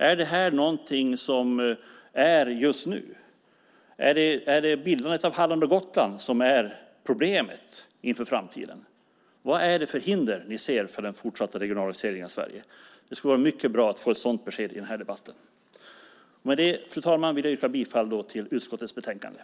Är det här någonting som bara gäller just nu? Är det bildandet av regionerna Halland och Gotland som är problemet inför framtiden? Vad är det för hinder ni ser för en fortsatt regionalisering av Sverige? Det skulle vara mycket bra att få ett sådant besked i den här debatten. Med detta, fru talman, vill jag yrka bifall till utskottets förslag i betänkandet.